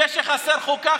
זה שחסרה חוקה,